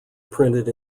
printed